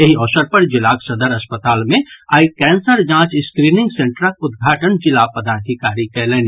एहि अवसर पर जिलाक सदर अस्पताल मे आइ कैंसर जांच स्क्रिनिंग सेंटरक उद्घाटन जिला पदाधिकारी कयलनि